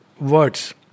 words